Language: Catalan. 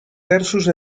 versos